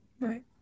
Right